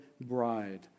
bride